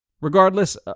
Regardless